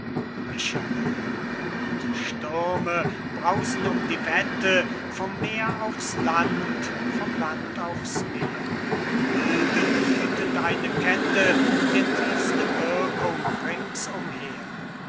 michael und stürme brausen um die wette vom meer aufs land vom land aufs meer und bilden wüthend eine kette der tiefsten wirkung